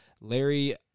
Larry